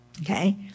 Okay